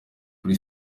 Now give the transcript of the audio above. kuri